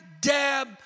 dab